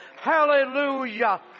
Hallelujah